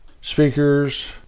Speakers